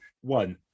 one